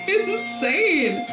insane